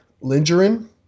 Lindgren